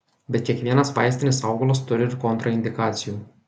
bet kiekvienas vaistinis augalas turi ir kontraindikacijų